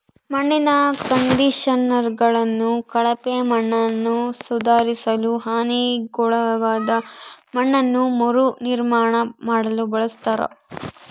ಮಣ್ಣಿನ ಕಂಡಿಷನರ್ಗಳನ್ನು ಕಳಪೆ ಮಣ್ಣನ್ನುಸುಧಾರಿಸಲು ಹಾನಿಗೊಳಗಾದ ಮಣ್ಣನ್ನು ಮರುನಿರ್ಮಾಣ ಮಾಡಲು ಬಳಸ್ತರ